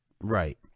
Right